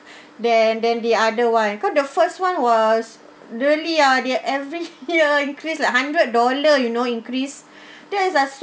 than than the other one cause the first one was really ah they every year increase like hundred dollar you know increase that is like so